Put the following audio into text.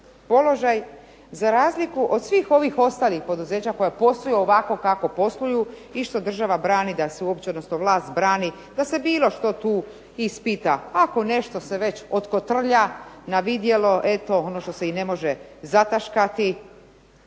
položaj za razliku od svih ovih ostalih poduzeća koja posluju ovako kako posluju i što država brani, odnosno vlast brani da se bilo što tu ispita, ako nešto se već otkotrlja na vidjelo eto ono što se i ne može zataškati.